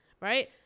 Right